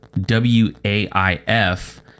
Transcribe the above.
W-A-I-F